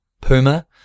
Puma